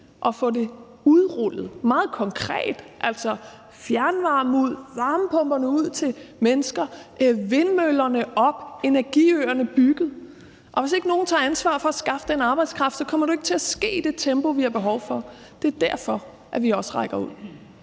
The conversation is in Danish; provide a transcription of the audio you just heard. og få det udrullet meget konkret: fjernvarmen ud, varmepumperne ud til mennesker, vindmøllerne op, energiøerne bygget. Og hvis ikke nogen tager ansvar for at skaffe den arbejdskraft, kommer det ikke til at ske i det tempo, vi har behov for. Det er derfor, vi også rækker ud.